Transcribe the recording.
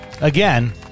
Again